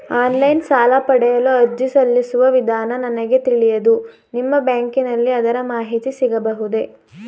Online ಸಾಲ ಪಡೆಯಲು ಅರ್ಜಿ ಸಲ್ಲಿಸುವ ವಿಧಾನ ನನಗೆ ತಿಳಿಯದು ನಿಮ್ಮ ಬ್ಯಾಂಕಿನಲ್ಲಿ ಅದರ ಮಾಹಿತಿ ಸಿಗಬಹುದೇ?